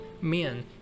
men